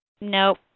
Nope